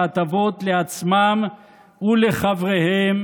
בהטבות לעצמם ולחבריהם,